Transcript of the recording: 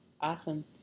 Awesome